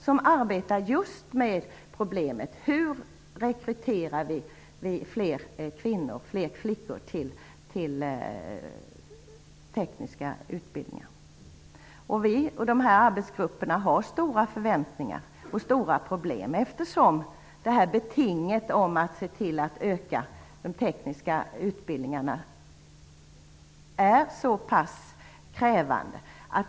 Dessa arbetar just med problemet hur vi kan rekrytera fler flickor till tekniska utbildningar. Arbetsgrupperna har stora förväntningar men också stora problem, eftersom betinget att se till att öka de tekniska utbildningarna är krävande.